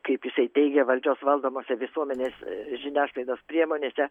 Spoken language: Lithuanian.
kaip jisai teigia valdžios valdomose visuomenės žiniasklaidos priemonėse